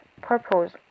purpose